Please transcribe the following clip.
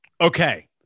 Okay